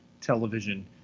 television